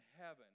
heaven